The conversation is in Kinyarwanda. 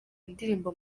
indirimbo